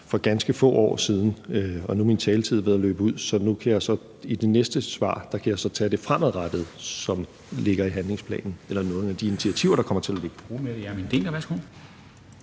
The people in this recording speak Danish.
for ganske få år siden. Og nu er min taletid ved at løbe ud, og så kan jeg i mit næste svar tage det fremadrettede, som ligger i handlingsplanen – eller nogle af de initiativer, der kommer til at ligge.